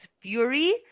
fury